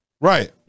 right